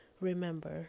Remember